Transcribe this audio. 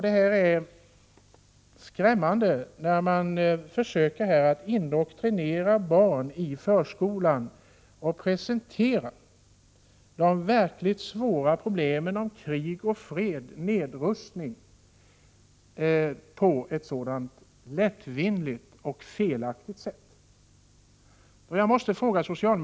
Det är skrämmande att man försöker indoktrinera barn i förskolan genom att presentera de verkligt svåra problem som gäller krig, fred och nedrustning på ett så lättvindigt och felaktigt sätt.